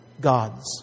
God's